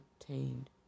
Obtained